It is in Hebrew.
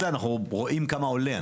אנחנו רואים כמה עולה.